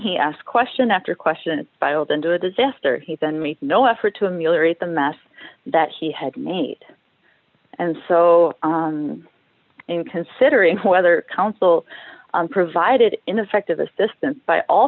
he asked question after question filed into a disaster he then make no effort to ameliorate the mess that he had made and so in considering whether counsel provided in effect of assistance by all